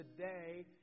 today